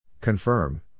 Confirm